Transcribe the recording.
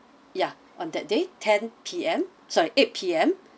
ya on that day ten P_M sorry eight P_M